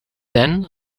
then